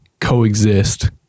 coexist